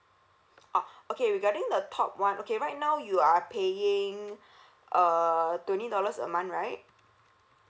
orh okay regarding the top [one] okay right now you are paying uh twenty dollars a month right